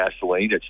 gasoline